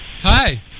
Hi